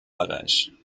parijs